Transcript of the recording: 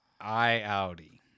I-Audi